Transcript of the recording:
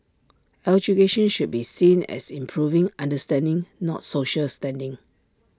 education should be seen as improving understanding not social standing